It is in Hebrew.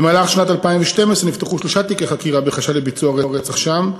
במהלך שנת 2012 נפתחו שלושה תיקי חקירה בחשד לביצוע רצח שם.